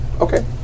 Okay